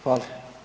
Hvala.